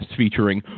featuring